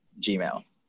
Gmail